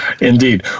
Indeed